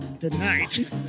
tonight